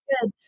good